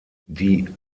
die